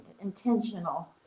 intentional